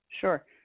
Sure